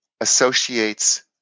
associates